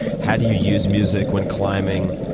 how do you use music when climbing,